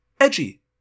edgy